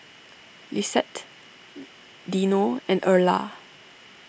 Lissette Dino and Erla